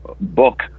book